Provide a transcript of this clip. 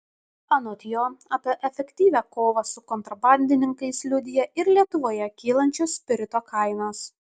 anot jo apie efektyvią kovą su kontrabandininkais liudija ir lietuvoje kylančios spirito kainos